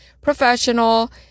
professional